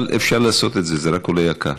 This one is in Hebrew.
אבל אפשר לעשות את זה, זה רק עולה, יקר.